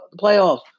playoffs